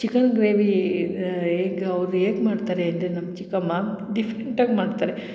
chicken gravy ಹೇಗೆ ಅವ್ರು ಹೇಗೆ ಮಾಡ್ತಾರೆ ಅಂದರೆ ನಮ್ಮ ಚಿಕ್ಕಮ್ಮ ಡಿಫ್ರೆಂಟಾಗಿ ಮಾಡ್ತಾರೆ